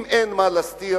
אם אין מה להסתיר,